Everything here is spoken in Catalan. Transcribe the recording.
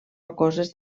rocoses